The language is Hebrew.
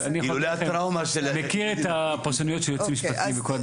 הוא מכיר את הפרשנויות של יועצים משפטיים וכל הדברים,